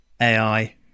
AI